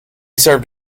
served